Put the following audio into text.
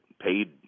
paid